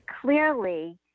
clearly